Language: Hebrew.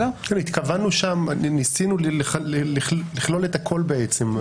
התכוונו שם, ניסינו לכלול את הכול בעצם.